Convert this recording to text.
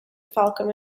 falcon